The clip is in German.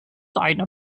einer